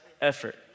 effort